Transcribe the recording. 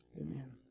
Amen